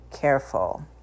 careful